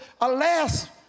Alas